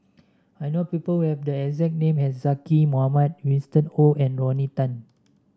I know people who have the exact name as Zaqy Mohamad Winston Oh and Rodney Tan